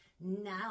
Now